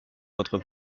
votre